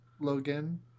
Logan